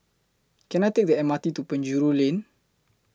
Can I Take The M R T to Penjuru Lane